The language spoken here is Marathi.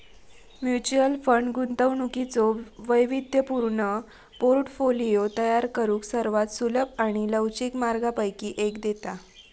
म्युच्युअल फंड गुंतवणुकीचो वैविध्यपूर्ण पोर्टफोलिओ तयार करुक सर्वात सुलभ आणि लवचिक मार्गांपैकी एक देता